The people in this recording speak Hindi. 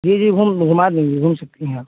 जी जी घूम घुमा देंगे घूम सकती हैं आप